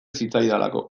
zitzaidalako